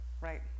right